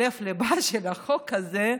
לב-ליבו של החוק הזה,